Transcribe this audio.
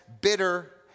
bitter